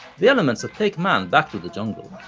the elements that take man back to the jungle.